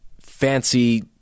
fancy